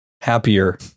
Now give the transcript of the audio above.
happier